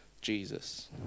Jesus